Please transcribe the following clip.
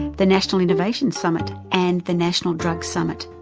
the national innovation summit, and the national drug summit.